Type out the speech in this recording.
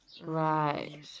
right